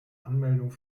anmeldung